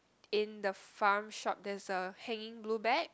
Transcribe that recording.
in the farm shop there's a hanging blue bag